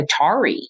Atari